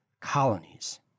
colonies